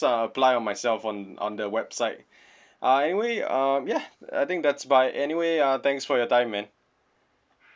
apply on myself on on the website uh anyway um ya I think that's fine anyway uh thanks for your time man